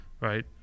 right